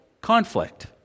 conflict